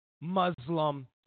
Muslim